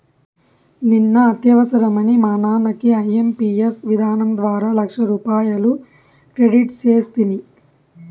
నిన్న అత్యవసరమని మా నాన్నకి ఐఎంపియస్ విధానం ద్వారా లచ్చరూపాయలు క్రెడిట్ సేస్తిని